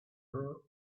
her